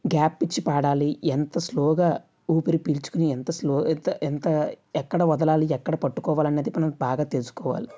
gap ఇచ్చి పాడాలి ఎంత స్లోగా ఊపిరి పీల్చుకుని ఎంత స్లో విడ్త్ ఎంత ఎక్కడ వదలాలి ఎక్కడ పట్టుకోవాలన్నది మనం బాగా తెలుసుకోవాలి